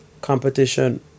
competition